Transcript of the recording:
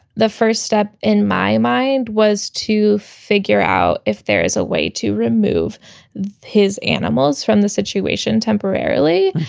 the first step in my mind was to figure out if there is a way to remove his animals from the situation temporarily.